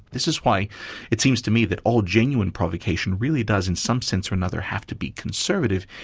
this is why it seems to me that all genuine provocation really does in some sense or another have to be conservative.